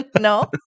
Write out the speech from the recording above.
No